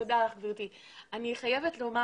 אני חייבת לומר